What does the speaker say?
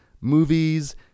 movies